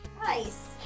Nice